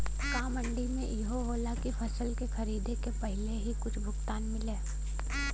का मंडी में इहो होला की फसल के खरीदे के पहिले ही कुछ भुगतान मिले?